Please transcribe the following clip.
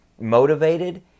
motivated